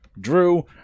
Drew